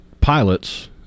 pilots